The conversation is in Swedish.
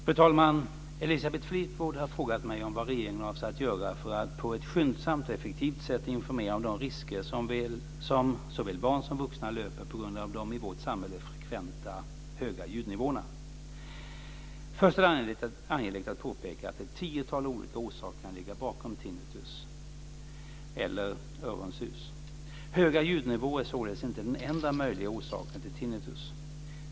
Fru talman! Elisabeth Fleetwood har frågat mig om vad regeringen avser att göra för att på ett skyndsamt och effektivt sätt informera om de risker som såväl barn som vuxna löper på grund av de i vårt samhälle frekventa höga ljudnivåerna? Först är det angeläget att påpeka att ett tiotal olika orsaker kan ligga bakom tinnitus eller öronsus: höga ljudnivåer är således inte den enda möjliga orsaken till tinnitus.